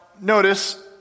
notice